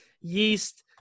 yeast